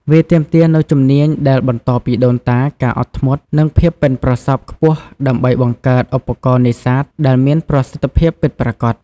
វាទាមទារនូវជំនាញដែលបន្តពីដូនតា ការអត់ធ្មត់ និងភាពប៉ិនប្រសប់ខ្ពស់ដើម្បីបង្កើតឧបករណ៍នេសាទដែលមានប្រសិទ្ធភាពពិតប្រាកដ។